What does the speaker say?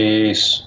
Peace